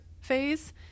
phase